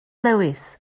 lewis